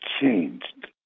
changed